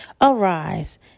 arise